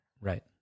Right